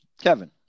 Kevin